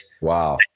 Wow